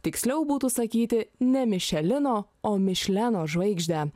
tiksliau būtų sakyti ne mišelino o mišleno žvaigždę